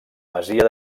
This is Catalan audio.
masia